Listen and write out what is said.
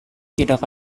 tidak